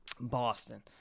Boston